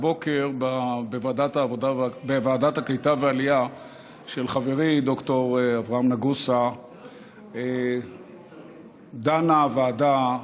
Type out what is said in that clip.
הבוקר בוועדת העלייה והקליטה של חברי ד"ר אברהם נגוסה דנה הוועדה,